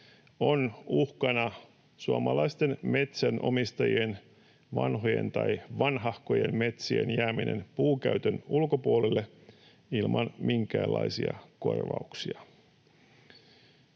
on uhkana suomalaisten metsänomistajien vanhojen tai vanhahkojen metsien jääminen puunkäytön ulkopuolelle ilman minkäänlaisia korvauksia.